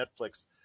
Netflix